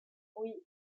oui